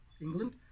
England